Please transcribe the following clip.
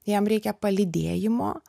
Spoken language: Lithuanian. jam reikia palydėjimo